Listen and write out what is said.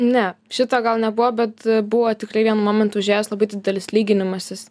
ne šito gal nebuvo bet buvo tikrai vienu momentu užėjęs labai didelis lyginimasis